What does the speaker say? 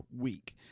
week